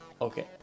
Okay